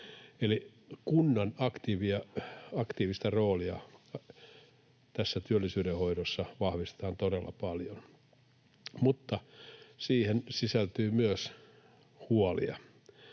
kunnan aktiivista roolia tässä työllisyyden hoidossa vahvistetaan todella paljon. Mutta siihen sisältyy myös huolia.